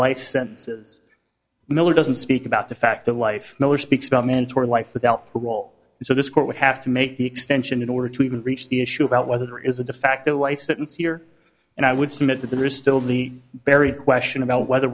life sentences miller doesn't speak about the fact of life nor speaks about mentor life without parole so this court would have to make the extension in order to even reach the issue about whether there is a de facto life sentence here and i would submit that there is still be buried question about whether